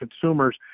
consumers